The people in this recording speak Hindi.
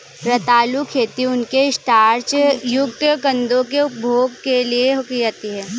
रतालू खेती उनके स्टार्च युक्त कंदों के उपभोग के लिए की जाती है